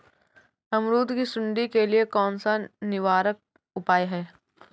अमरूद की सुंडी के लिए कौन सा निवारक उपाय है?